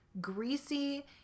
greasy